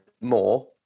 more